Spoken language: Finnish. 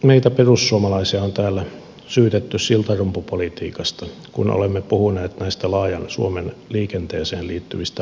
meitä perussuomalaisia on täällä syytetty siltarumpupolitiikasta kun olemme puhuneet näistä laajan suomen liikenteeseen liittyvistä ongelmista